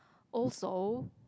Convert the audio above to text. also